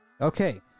Okay